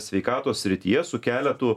sveikatos srityje su keletu